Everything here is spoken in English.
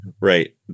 Right